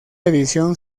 edición